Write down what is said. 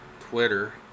Twitter